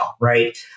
right